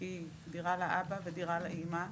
דירה לאבא ודירה לאימא,